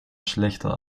schlechter